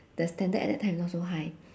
the standard at that time is not so high